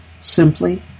Simply